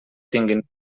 tinguin